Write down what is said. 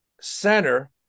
center